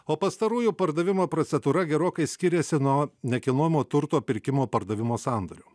o pastarųjų pardavimo procedūra gerokai skiriasi nuo nekilnojamo turto pirkimo pardavimo sandorių